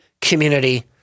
community